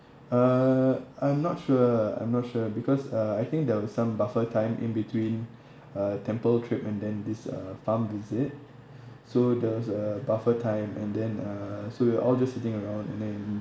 uh I'm not sure I'm not sure because uh I think there were some buffer time in between uh temple trip and then this uh farm visit so there was a buffer time and then uh so we're all just sitting around and then